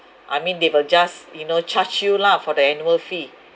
I mean they will just you know charge you lah for the annual fee